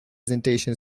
presentation